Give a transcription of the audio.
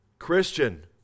Christian